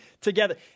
together